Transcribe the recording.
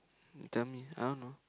tell me I don't know